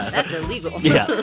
that's illegal yeah,